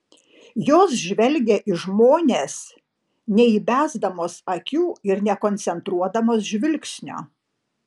jos žvelgia į žmones neįbesdamos akių ir nekoncentruodamos žvilgsnio